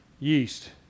yeast